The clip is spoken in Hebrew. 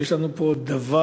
ויש לנו פה דבר,